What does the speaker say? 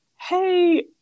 hey